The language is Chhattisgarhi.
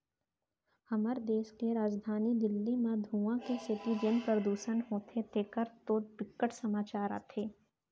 हमर देस के राजधानी दिल्ली म धुंआ के सेती जेन परदूसन होथे तेखर तो बिकट समाचार आथे